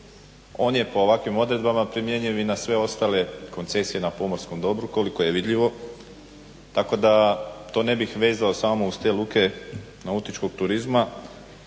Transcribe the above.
On je po ovakvim odredbama primjenjiv i na sve ostale koncesije na pomorskom dobru koliko je vidljivo. Tako da to ne bih vezao samo uz te luke nautičkog turizma